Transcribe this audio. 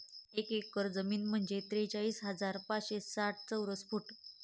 एक एकर जमीन म्हणजे त्रेचाळीस हजार पाचशे साठ चौरस फूट